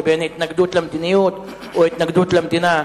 לבין התנגדות למדיניות או התנגדות למדינה.